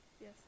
Yes